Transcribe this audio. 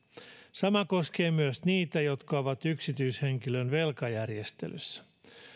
sama koskee myös niitä jotka ovat yksityishenkilön velkajärjestelyssä